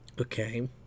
Okay